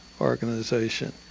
organization